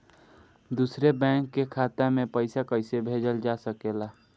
दूसरे बैंक के खाता में पइसा कइसे भेजल जा सके ला?